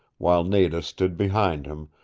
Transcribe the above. while nada stood behind him,